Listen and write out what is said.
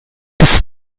ist